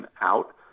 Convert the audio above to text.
out